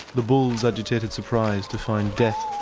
the bull's agitated surprise to find death